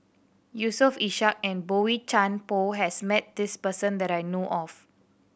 Yusof Ishak and Boey Chuan Poh has met this person that I know of